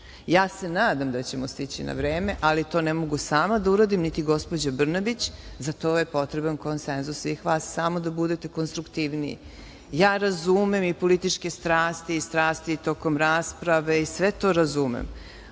se nadam da ćemo stići na vreme, ali to ne mogu sama da uradim, niti gospođa Brnabić, za to je potreban konsenzus svih vas, samo da budete konstruktivniji. Ja razumem i političke strasti i strasti tokom rasprave i sve to razumem,